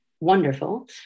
wonderful